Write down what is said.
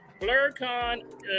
BlurCon